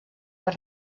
per